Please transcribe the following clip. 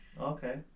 Okay